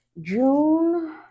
june